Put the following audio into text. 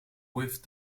with